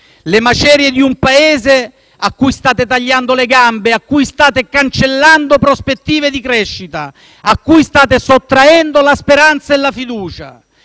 Le macerie di un Paese a cui state tagliando le gambe, a cui state cancellando prospettive di crescita, a cui state sottraendo la speranza e la fiducia.